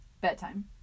Bedtime